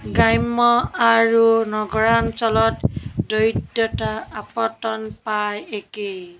গ্ৰাম্য আৰু নগৰাঞ্চলত দৰিদ্ৰতাৰ আপতন প্ৰায় একে